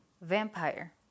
Vampire